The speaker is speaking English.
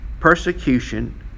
Persecution